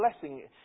blessing